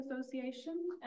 Association